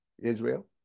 Israel